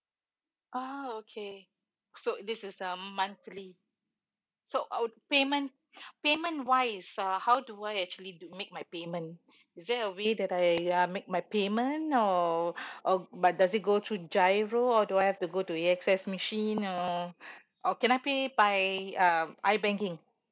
ah okay so this is a monthly so our payment payment wise uh how do I actually do make my payment is there a way that I uh make my payment or uh but does it go through GIRO or do I have to go to A_X_S machine or or can I pay by um ibanking